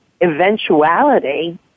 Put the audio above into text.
eventuality